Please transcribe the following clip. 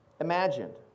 imagined